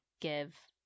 give